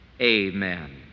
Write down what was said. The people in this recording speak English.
amen